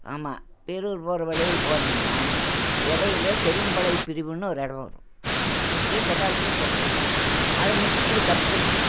ஆமாம் பேரூர் போகிற வழியில் போனீங்கன்னா இடையில தெலுங்குமலைப்பிரிவுன்னு ஒரு இடோம் வரும் அங்கேயே கேட்டாலும் கூட சொல்கிறாங்க அதில் நின்று இப்படி கட் பண்ணிக்கலாம்